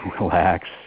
relax